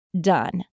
done